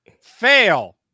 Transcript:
Fail